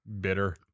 Bitter